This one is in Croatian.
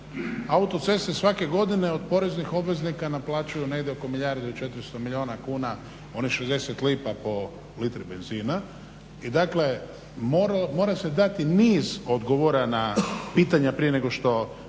Autoceste svake godine od poreznih obveznika naplaćuju negdje oko milijardu i 400 milijuna kuna onih 60 lipa po litri benzina. I dakle, mora se dati niz odgovora na pitanja prije nego što